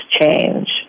change